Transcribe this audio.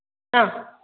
ആഹ്